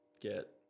get